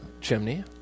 chimney